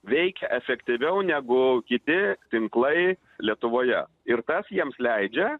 veikia efektyviau negu kiti tinklai lietuvoje ir tas jiems leidžia